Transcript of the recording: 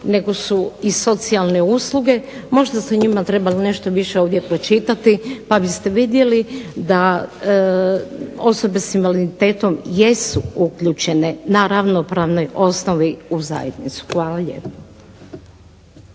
nego su i socijalne usluge, možda se nešto više o njima ovdje pročitati pa biste vidjeli da osobe sa invaliditetom jesu uključene na ravnopravnoj osnovi u zajednicu. Hvala lijepo.